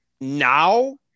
Now